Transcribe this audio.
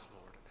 Lord